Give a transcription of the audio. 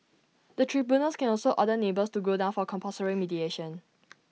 the tribunals can also order neighbours to go down for compulsory mediation